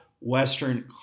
Western